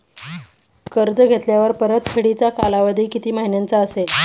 कर्ज घेतल्यावर परतफेडीचा कालावधी किती महिन्यांचा असेल?